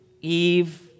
Eve